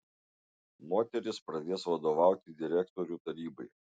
moteris pradės vadovauti direktorių tarybai